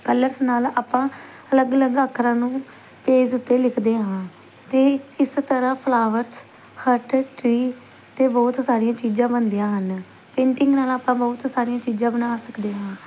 colours ਨਾਲ ਆਪਾਂ ਅਲੱਗ ਅਲੱਗ ਅੱਖਰਾਂ ਨੂੰ ਪੇਜ ਉੱਤੇ ਲਿਖਦੇ ਹਾਂ ਅਤੇ ਇਸ ਤਰ੍ਹਾ ਫਲਾਵਰਸ ਹੱਟ ਟ੍ਰੀ ਅਤੇ ਬਹੁਤ ਸਾਰੀਆਂ ਚੀਜ਼ਾਂ ਬਣਦੀਆਂ ਹਨ ਪੇਂਟਿੰਗ ਨਾਲ ਆਪਾਂ ਬਹੁਤ ਸਾਰੀਆਂ ਚੀਜ਼ਾਂ ਬਣਾ ਸਕਦੇ ਹਾਂ